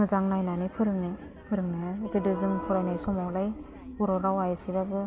मोजां नायनानै फोरोङो फोरोङो गोदो जों फरायनाइ समावलाय बर'रावा इसेबाबो